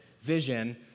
vision